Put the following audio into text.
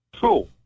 Cool